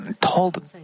told